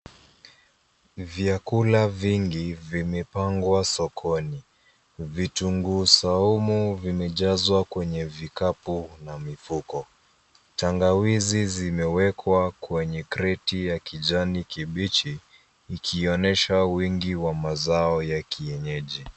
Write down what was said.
Vyakula vingi vimepangwa sokoni. Vitunguu saumu vimejazwa kwenye vikapu na mifuko. Tangawizi zimewekwa kwenye kreti ya kijani kibichi, ikionyesha wingi wa mazao ya kienyeji.